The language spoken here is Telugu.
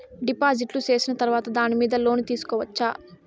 డిపాజిట్లు సేసిన తర్వాత దాని మీద లోను తీసుకోవచ్చా?